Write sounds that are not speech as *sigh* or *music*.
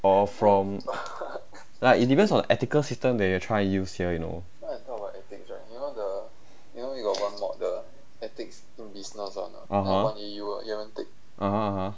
or from *laughs* like it depends on ethical system that you try use here you know (uh huh) (uh huh) (uh huh)